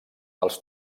els